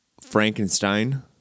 Frankenstein